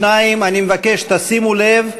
2. אני מבקש שתשימו לב: